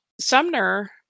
sumner